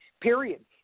Period